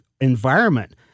environment